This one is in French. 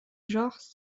genre